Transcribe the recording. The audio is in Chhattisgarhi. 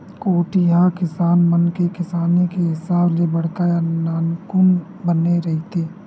कोठी ह किसान मन के किसानी के हिसाब ले बड़का या नानकुन बने रहिथे